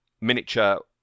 miniature